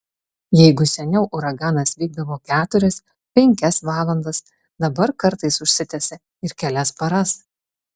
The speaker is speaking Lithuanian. jeigu seniau uraganas vykdavo keturias penkias valandas dabar kartais užsitęsia ir kelias paras